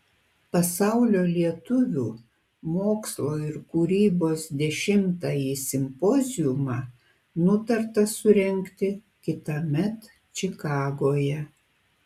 pasaulio lietuvių mokslo ir kūrybos dešimtąjį simpoziumą nutarta surengti kitąmet čikagoje